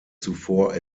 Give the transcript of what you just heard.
zuvor